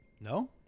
No